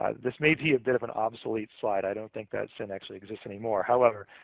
ah this may be a bit of an obsolete slide. i don't think that sin actually exists anymore. however,